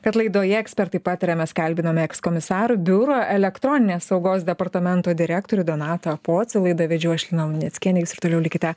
kad laidoje ekspertai pataria mes kalbinome ekskomisarų biuro elektroninės saugos departamento direktorių donatą pocių laidą vedžiau aš lina luneckienė jūs ir toliau likite